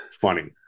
funny